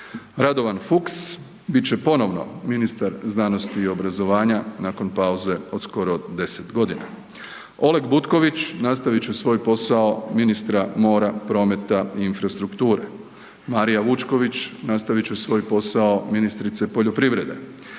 Radovan Fuchs bit će ponovno ministar znanosti i obrazovanja nakon pauze od skoro 10 godina. Oleg Butković nastavit će svoj posao ministra mora, prometa i infrastrukture. Marija Vučković nastavit će svoj posao ministrice poljoprivrede.